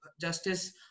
justice